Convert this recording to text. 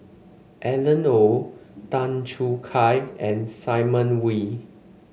Alan Oei Tan Choo Kai and Simon Wee